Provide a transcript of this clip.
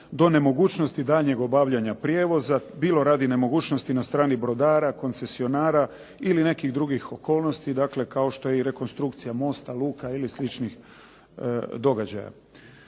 do nemogućnosti daljnjeg obavljanja prijevoza, bilo radi nemogućnosti na strani brodara, koncesionara ili nekih drugih okolnosti kao što je rekonstrukcija mosta, luka ili sličnih događaja.